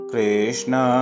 Krishna